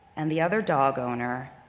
and the other dog owner,